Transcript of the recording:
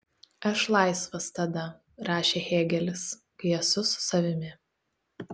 aš laisvas tada rašė hėgelis kai esu su savimi